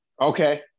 Okay